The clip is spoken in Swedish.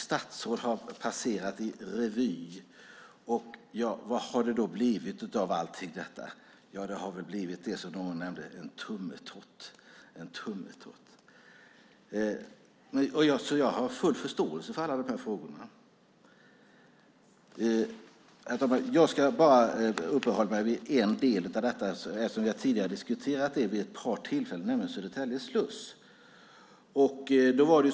Statsråd har passerat revy, och vad har det blivit av allt detta? Det har väl blivit det som någon nämnde - en tummetott. Jag har full förståelse för alla de här frågorna, men ska bara uppehålla mig vid en del av detta eftersom jag tidigare har varit med och diskuterat det vid ett par tillfällen - nämligen Södertälje sluss.